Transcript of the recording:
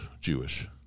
Jewish